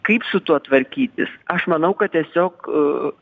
kaip su tuo tvarkytis aš manau kad tiesiog